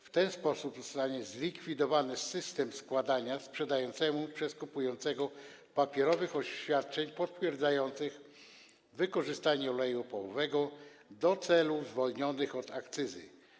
W ten sposób zostanie zlikwidowany system składania sprzedającemu przez kupującego papierowych oświadczeń potwierdzających wykorzystanie oleju opałowego do celów zwolnionych od akcyzy.